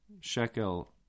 shekel